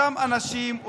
אותם אנשים,